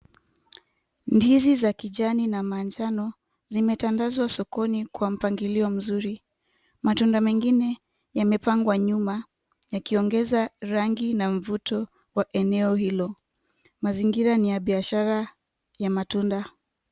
Ndizi za kijani na manjano zimetandazwa sokoni kwa mpangilio mzuri. Matunda mengine yamepangwa nyuma yakiongeza rangi na mvuto wa eneo hilo. Mazingira ni ya biashara ya matunda.